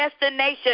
destination